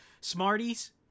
Smarties